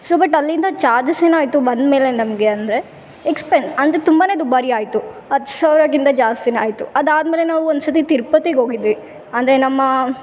so but ಅಲ್ಲಿಂದ charges ಏನಾಯಿತು ಬಂದಮೇಲೇ ನಮಗೆ ಅಂದರೆ ಎಕ್ಸಪೆನ್ ಅಂದರೆ ತುಂಬಾ ದುಬಾರಿ ಆಯಿತು ಹತ್ತು ಸಾವಿರಗಿಂತ ಜಾಸ್ತಿ ಆಯಿತು ಅದಾದಮೇಲ್ಲೇ ನಾವು ಒಂದು ಸತಿ ತಿರುಪತಿಗ್ ಹೋಗಿದ್ವಿ ಅಂದರೆ ನಮ್ಮ